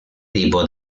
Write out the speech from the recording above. tipo